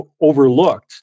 overlooked